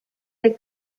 they